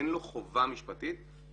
אין לו חובה משפטית להעביר.